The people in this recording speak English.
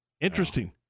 Interesting